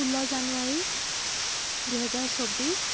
ষোল্ল জানুৱাৰী দুহেজাৰ চৌব্বিছ